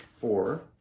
four